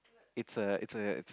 it's a it's a